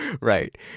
Right